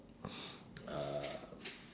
uh